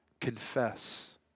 confess